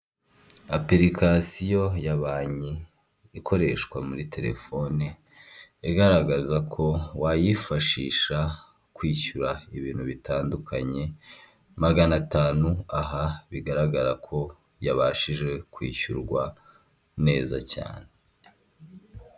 Apurikasiyo ya banki ikoreshwa muri telefone, igaragaza ko wayifashisha kwishyura ibintu bitandukanye; magana atanu, aha bigaragara ko yabashije kwishyurwa neza cyane.